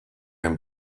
him